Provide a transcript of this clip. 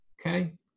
Okay